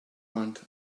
and